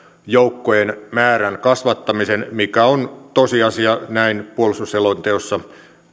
joukkojen määrän kasvattamisen mikä on tosiasia näin puolustusselonteossa